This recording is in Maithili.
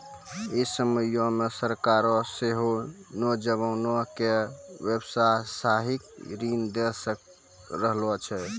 इ समयो मे सरकारें सेहो नौजवानो के व्यवसायिक ऋण दै रहलो छै